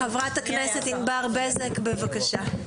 חברת הכנסת ענבר בזק, בבקשה.